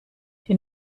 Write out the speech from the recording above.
die